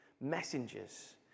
Messengers